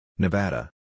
Nevada